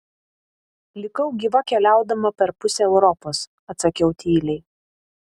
likau gyva keliaudama per pusę europos atsakiau tyliai